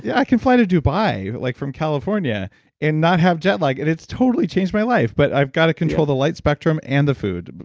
yeah i can fly to dubai like from california and not have jet lag like and it's totally changed my life but i've gotta control the light spectrum and the food.